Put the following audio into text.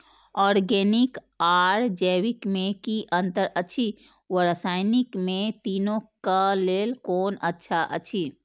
Organic आर जैविक में कि अंतर अछि व रसायनिक में तीनो क लेल कोन अच्छा अछि?